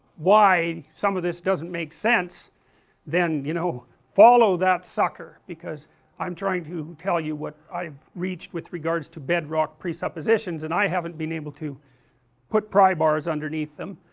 why some of this doesn't make sense then, you know, follow that sucker, because i am trying to tell you what i have reached with regards to bedrock presuppositions, and i haven't been able to put prybars underneath them,